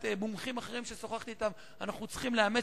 מומחים אחרים ששוחחתי אתם אנחנו צריכים לאמץ,